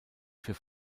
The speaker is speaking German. für